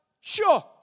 sure